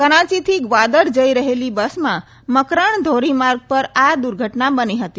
કરાંચીથી ગ્વાદર જઈ રહેલી બસમાં મકરાણ ધોરી માર્ગ પર આ દુર્ઘટના બની હતી